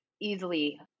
easily